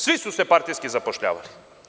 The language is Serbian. Svi su se partijski zapošljavali.